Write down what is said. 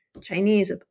Chinese